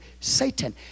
Satan